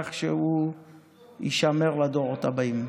כך שהוא יישמר לדורות הבאים.